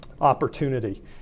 opportunity